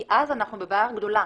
כי אז אנחנו בבעיה גדולה.